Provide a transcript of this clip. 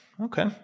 Okay